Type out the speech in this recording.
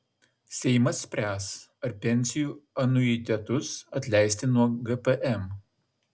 seimas spręs ar pensijų anuitetus atleisti nuo gpm